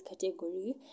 category